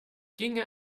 ginge